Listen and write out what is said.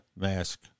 mask